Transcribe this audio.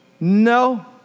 No